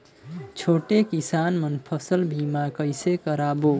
छोटे किसान मन फसल बीमा कइसे कराबो?